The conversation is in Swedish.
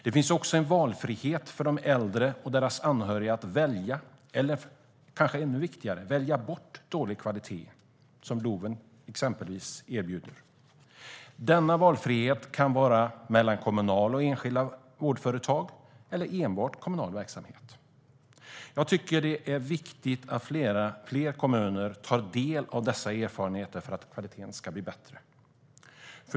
Det finns också en valfrihet för de äldre och deras anhöriga. De kan välja vad de vill ha, eller, som kanske är ännu viktigare, välja bort dålig kvalitet - det som exempelvis LOV erbjuder. Denna valfrihet kan handla om att välja mellan kommunala och enskilda vårdföretag eller enbart kommunal verksamhet. Jag tycker att det är viktigt att fler kommuner tar del av dessa erfarenheter för att kvaliteten ska bli bättre.